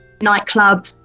nightclub